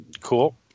Cool